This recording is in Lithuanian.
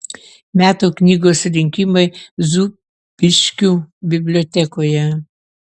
metų knygos rinkimai zūbiškių bibliotekoje